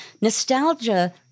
Nostalgia